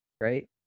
Right